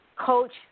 Coach